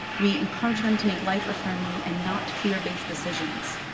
we encourage them to make life-affirming and not fear-based decisions.